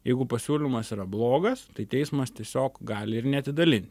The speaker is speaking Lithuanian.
jeigu pasiūlymas yra blogas tai teismas tiesiog gali ir neatidalin